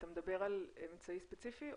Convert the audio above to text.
אתה מדבר על אמצעי ספציפי?